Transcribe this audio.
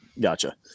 Gotcha